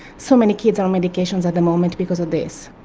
so many kids are on medications at the moment because of this.